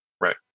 Right